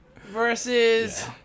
versus